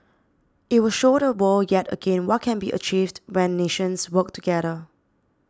it will show the world yet again what can be achieved when nations work together